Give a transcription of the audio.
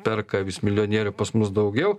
perka vis milijonierių pas mus daugiau